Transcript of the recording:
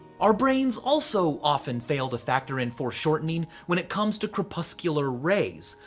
our brains also often fail to factor in foreshortening when it comes to crepuscular rays,